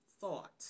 thought